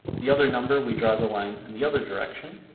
the other number we draw the lines in the other direction